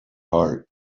heart